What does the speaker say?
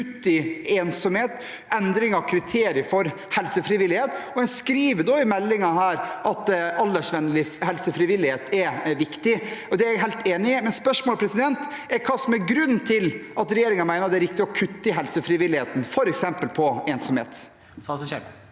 mot ensomhet og endring av kriterier for helsefrivilligheten. En skriver i meldingen at aldersvennlig helsefrivillighet er viktig. Det er jeg helt enig i, men spørsmålet er: Hva er grunnen til at regjeringen mener det er riktig å kutte i helsefrivilligheten, f.eks. med tanke på ensomhet?